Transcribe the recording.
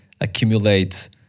accumulate